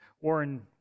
Warren